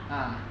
ah